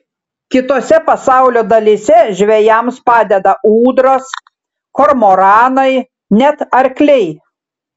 kitose pasaulio dalyse žvejams padeda ūdros kormoranai net arkliai